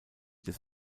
des